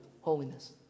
holiness